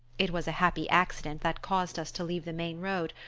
it was a happy accident that caused us to leave the main road,